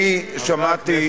אני שמעתי,